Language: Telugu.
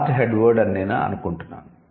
'కార్ట్' 'హెడ్ వర్డ్' అని అనుకుంటున్నాను